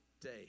day